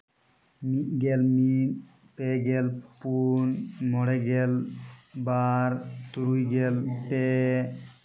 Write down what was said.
ᱢᱤᱫ ᱜᱮᱞ ᱢᱤᱫ ᱯᱮ ᱜᱮᱞ ᱯᱩᱱ ᱢᱚᱬᱮ ᱜᱮᱞ ᱵᱟᱨ ᱛᱩᱨᱩᱭ ᱜᱮᱞ ᱯᱮ